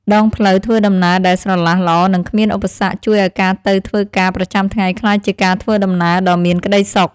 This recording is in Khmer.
ដងផ្លូវធ្វើដំណើរដែលស្រឡះល្អនិងគ្មានឧបសគ្គជួយឱ្យការទៅធ្វើការប្រចាំថ្ងៃក្លាយជាការធ្វើដំណើរដ៏មានក្តីសុខ។